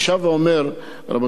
אני שב ואומר: רבותי,